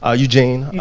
ah eugene.